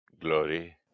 glory